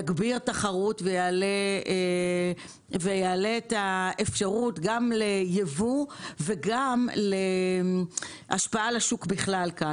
יגביר תחרות ויעלה את האפשרות גם ליבוא וגם להשפעה על השוק בכלל בארץ.